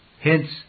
Hence